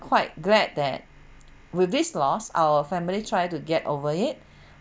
quite glad that with this loss our family try to get over it